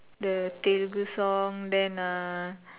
the Telugu song then uh